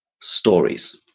stories